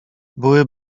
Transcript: były